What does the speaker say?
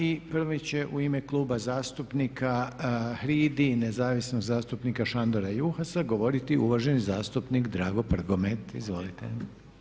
I prvi će u ime Kluba zastupnika HRID-i i Nezavisnog zastupnika Šandora Juhasa govoriti uvaženi zastupnik Drago Prgomet.